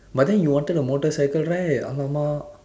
but then you wanted a motorcycle right !Alamak!